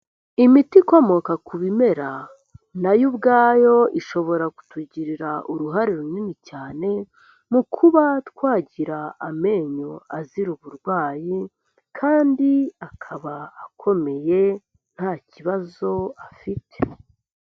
Imiti ikomoka ku bimera na yo ubwayo ishobora kutugirira uruhare runini cyane, mu kuba twagira amenyo azira uburwayi, kandi akaba akomeye, nta kibazo afite.